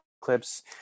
clips